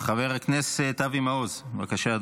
חבר הכנסת אבי מעוז, בבקשה.